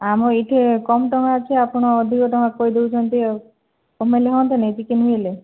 ଆମ ଏଇଠି କମ ଟଙ୍କା ଅଛି ଆପଣ ଅଧିକ ଟଙ୍କା କହିଦେଉଛନ୍ତି ଆଉ କମେଇଲେ ହୁଅନ୍ତାନି ଚିକେନ ବି ହେଲେ